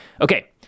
Okay